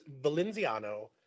Valenziano